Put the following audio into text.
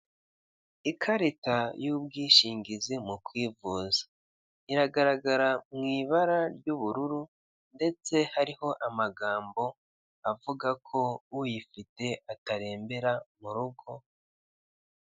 Ikariti yubwishingizi mukwivuza iragaragara mwibara ry'ubururu ndetse hariho amagambo avuga ko uyifite atarembera murugo.